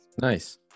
Nice